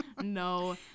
No